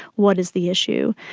what is the issue?